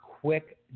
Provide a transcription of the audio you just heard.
quick